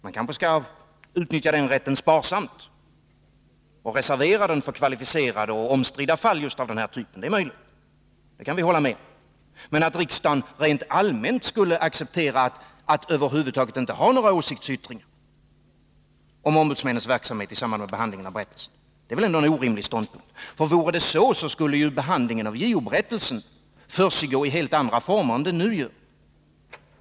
Man kanske skall utnyttja den rätten sparsamt och reservera den för kvalificerade och omstridda fall av just den här typen — det är möjligt, och det kan vi hålla med om. Men att riksdagen rent allmänt skulle acceptera att inte ha några åsiktsyttringar över huvud taget om ombudsmännens verksamhet i samband med behandlingen av JO-berättel sen är väl ändå en orimlig ståndpunkt. Vore det så, skulle ju behandlingen av Nr 23 JO-berättelsen försiggå i helt andra former än nu.